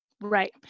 Right